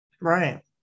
Right